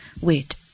wait